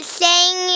sing